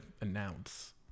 announce